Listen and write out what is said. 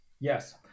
Yes